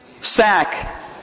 sack